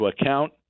account